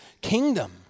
kingdom